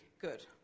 good